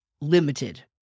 limited